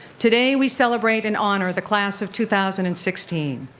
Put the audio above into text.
today we celebrate and honor the class of two thousand and sixteen.